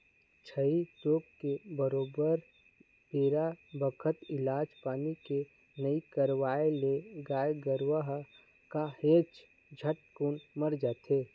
छई रोग के बरोबर बेरा बखत इलाज पानी के नइ करवई ले गाय गरुवा ह काहेच झटकुन मर जाथे